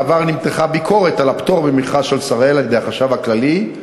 בעבר נמתחה ביקורת על הפטור ממכרז של "שראל" על-ידי החשב הכללי,